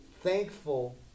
thankful